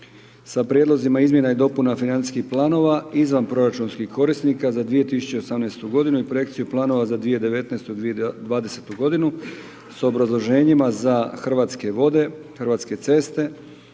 sa prijedlozima izmjena i dopuna financijskih planova izvanproračunskih korisnika za 2018. godinu i projekciju planova za 2019. i 2020. godinu, s obrazloženjima za Hrvatske vode, Hrvatske ceste,